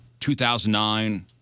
2009